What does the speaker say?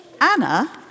Anna